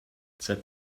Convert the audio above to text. set